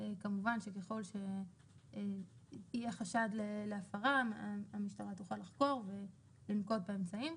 כמובן שככל שיהיה חשד להפרה המשטרה תוכל לחקור ולנקוט באמצעים,